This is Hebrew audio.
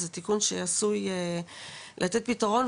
זה תיקון שעשוי לתת פתרון,